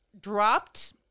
dropped